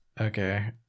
okay